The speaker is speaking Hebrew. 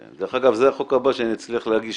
כן, דרך אגב, זה החוק הבא שנצליח להגיש.